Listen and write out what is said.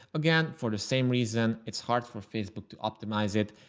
again, for the same reason, it's hard for facebook to optimize it,